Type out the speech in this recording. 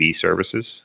services